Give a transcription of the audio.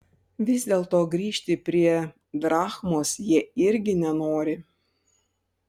vis dėlto grįžti prie drachmos jie irgi nenori